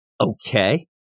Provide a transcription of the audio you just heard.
okay